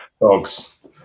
dogs